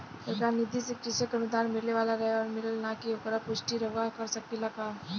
सरकार निधि से कृषक अनुदान मिले वाला रहे और मिलल कि ना ओकर पुष्टि रउवा कर सकी ला का?